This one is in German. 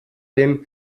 den